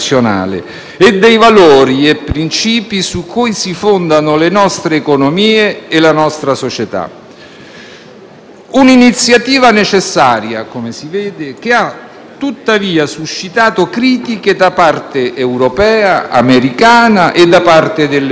Un'iniziativa necessaria, come si vede, che ha tuttavia suscitato critiche da parte europea, americana e da parte delle opposizioni. Critiche incomprensibili e infondate, a ben vedere. Vediamo perché.